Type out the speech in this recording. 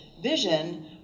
vision